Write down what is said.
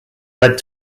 led